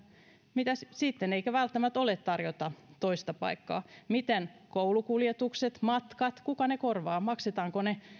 mitä sitten eikä välttämättä ole tarjota toista paikkaa miten koulukuljetukset matkat kuka ne korvaa maksetaanko ne